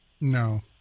No